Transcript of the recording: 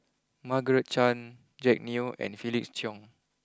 Margaret Chan Jack Neo and Felix Cheong